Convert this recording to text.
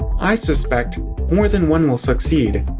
i suspect more than one will succeed.